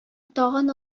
тагын